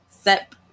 Set